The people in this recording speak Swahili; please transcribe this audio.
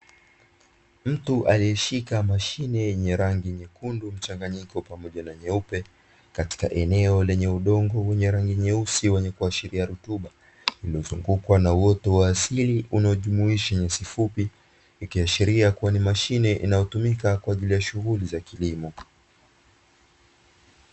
Mtu aliyeshika mashine yenye rangi nyekundu, mchanganyiko pamoja na nyeupe katika eneo lenye udongo wenye rangi nyeusi, wenye kuashiria rutuba uliozungukwa na uoto wa asili, unaojumuisha nyasi fupi ikiashiria kua ni mashine inayotumika kwaajili ya shughuli za kilimo.